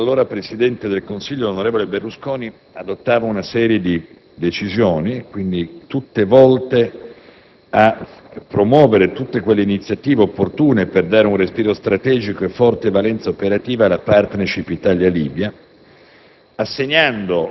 il Governo, guidato dall'allora presidente del Consiglio, onorevole Berlusconi, adottava una serie di decisioni volte a promuovere tutte le iniziative opportune per dare respiro strategico e forte valenza operativa alla *partnership* Italia-Libia,